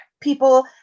people